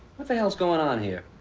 what the hell's going on here?